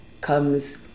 Comes